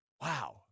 Wow